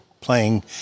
playing